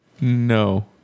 No